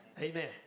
Amen